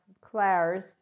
Claire's